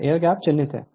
यह air gap चिह्नित है